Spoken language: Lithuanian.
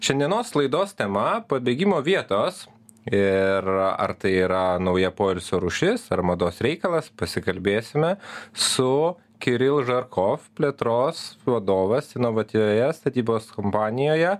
šiandienos laidos tema pabėgimo vietos ir ar tai yra nauja poilsio rūšis ar mados reikalas pasikalbėsime su kirilu žarko plėtros vadovas inovatyvioje statybos kompanijoje